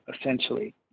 essentially